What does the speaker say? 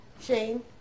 Shane